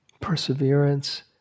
perseverance